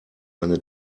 eine